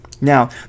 Now